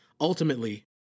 Ultimately